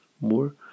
more